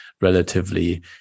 relatively